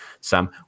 Sam